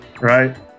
right